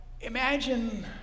imagine